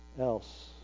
else